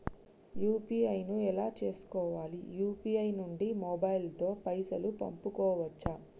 UPI ను ఎలా చేస్కోవాలి యూ.పీ.ఐ నుండి మొబైల్ తో పైసల్ పంపుకోవచ్చా?